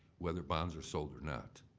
whether bonds are sold, or not.